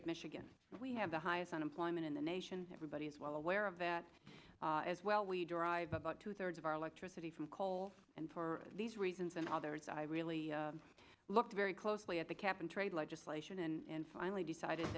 of michigan we have the highest unemployment in the nation everybody is well aware of that as well we derive about two thirds of our electricity from coal and for these reasons and others i really looked very closely at the cap and trade legislation and finally decided